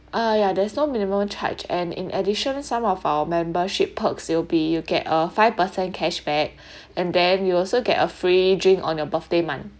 ah yeah there's no minimum charge and in addition some of our membership perks it'll be you get a five percent cash back and then you'll also get a free drink on your birthday month